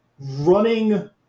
running